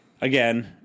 again